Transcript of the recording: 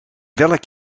welk